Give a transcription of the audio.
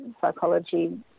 psychology